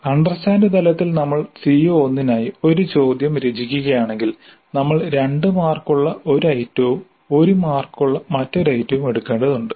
understand തലത്തിൽ നമ്മൾ CO1 നായി ഒരു ചോദ്യം രചിക്കുകയാണെങ്കിൽ നമ്മൾ 2 മാർക്ക് ഉള്ള ഒരു ഐറ്റവും 1 മാർക്ക് ഉള്ള മറ്റൊരു ഐറ്റവും എടുക്കേണ്ടതുണ്ട്